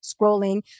scrolling